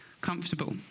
comfortable